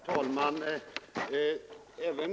Herr talman!